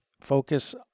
focus